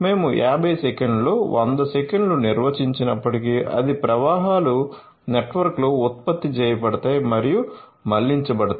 మేము 50 సెకన్లలో 100 సెకన్లు నిర్వచించినప్పటికీ అన్ని ప్రవాహాలు నెట్వర్క్లో ఉత్పత్తి చేయబడతాయి మరియు మళ్ళించబడతాయి